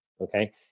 okay